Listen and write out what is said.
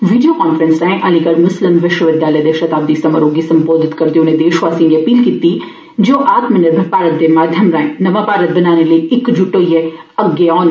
video conferencing राए अलीगढ़ मुस्लिम विश्वविदयालय दे शताब्दी समारोह गी संबोधित करदे होई उनें देशवासियें गी अपील कीती जे ओह् आत्मनिर्भर भारत दे माध्यम राएं नमां भारत बनाने लेई इकजुट होईयै अग्गै औन